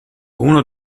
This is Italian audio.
uno